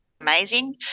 amazing